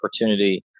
opportunity